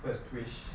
first wish